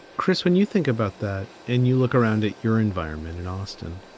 chris, when you think about that and you look around at your environment in austin,